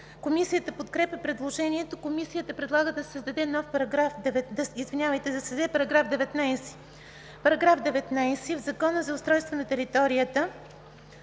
Комисията подкрепя предложението. Комисията предлага да се създаде § 19: „§ 19. В Закона за устройство на територията